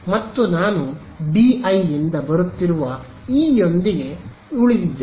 ಮತ್ತು ನಾನು BI ಯಿಂದ ಬರುತ್ತಿರುವ e ಯೊಂದಿಗೆ ಉಳಿದಿದ್ದೇನೆ